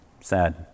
sad